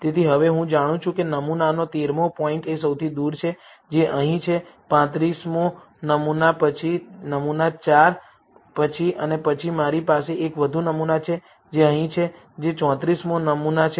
તેથી હવે હું જાણું છું કે નમૂનાનો 13 મો પોઇન્ટ એ સૌથી દૂર છે જે અહીં છે 35 મો નમૂના પછી નમૂના 4 પછી અને પછી મારી પાસે એક વધુ નમૂના છે જે અહીં છે જે 34 મો નમૂના છે